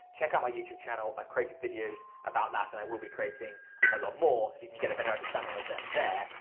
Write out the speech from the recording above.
check out my youtube channel. i've created videos about that, and i will be creating a lot more so you can get a better understanding of them there,